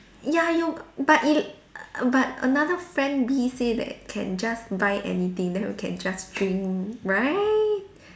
ya your but y~ but another friend B say that can just buy anything then can just drink right